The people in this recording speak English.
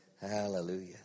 Hallelujah